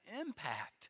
impact